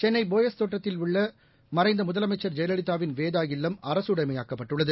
சென்னை போயஸ் தோட்டத்தில் உள்ளமறைந்தமுதலமைச்சர் ஜெயலலிதாவின் வேதா இல்லம் அரசுடமையாக்கப்பட்டுள்ளது